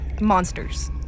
monsters